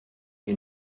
wir